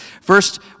First